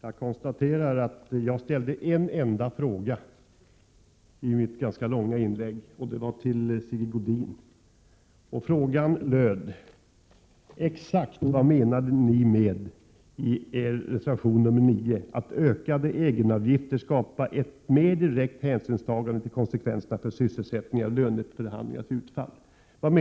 Herr talman! Jag ställde i mitt ganska långa inlägg en enda fråga till Sigge Godin. Jag frågade vad ni menade i er reservation 9 med att ökade egenavgifter skapar ett mer direkt hänsynstagande till konsekvenserna för sysselsättningen av löneförhandlingarnas utfall.